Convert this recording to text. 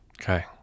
okay